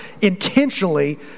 intentionally